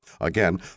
Again